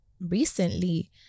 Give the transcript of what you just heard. recently